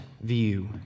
view